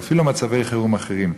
אפילו מצבי חירום אחרים.